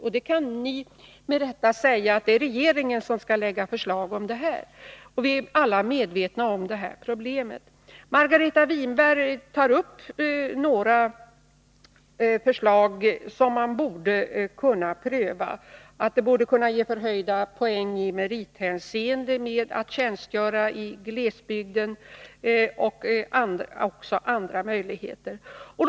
Ni kan med fog säga att det är regeringen som skall lägga fram 155 sådana förslag, och vi är alla medvetna om problemet. Margareta Winberg framförde dock några förslag som man borde kunna pröva, t.ex. att tjänstgöring i glesbygden skulle kunna ge förhöjda poäng i merithänseende.